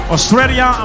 Australia